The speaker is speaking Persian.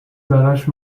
براش